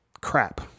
crap